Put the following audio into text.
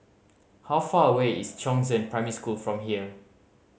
how far away is Chongzheng Primary School from here